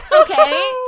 Okay